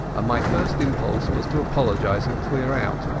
my first impulse was to apologize and clear out.